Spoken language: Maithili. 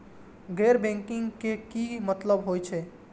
गैर बैंकिंग के की मतलब हे छे?